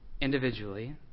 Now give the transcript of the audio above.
Individually